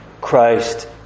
Christ